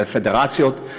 מהפדרציות,